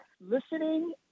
listening